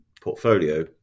portfolio